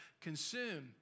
consume